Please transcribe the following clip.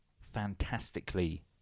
fantastically